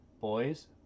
boys